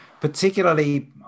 particularly